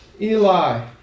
Eli